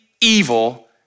evil